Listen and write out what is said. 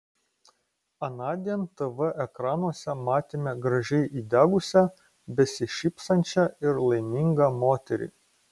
anądien tv ekranuose matėme gražiai įdegusią besišypsančią ir laimingą moterį